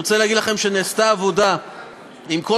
אני רוצה להגיד לכם שנעשתה עבודה עם כל